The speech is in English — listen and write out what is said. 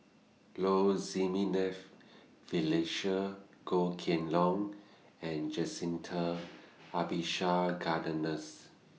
Low Jimenez Felicia Goh Kheng Long and Jacintha